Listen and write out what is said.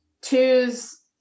Twos